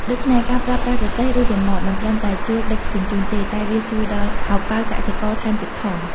ដូច្នេះ ការប្រើប្រាស់រទេះ និងរ៉ឺម៉កមិនត្រឹមតែជួយដឹកជញ្ជូនទេ តែវាជួយដល់ហោប៉ៅកសិករថែមទៀតផង។